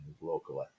locally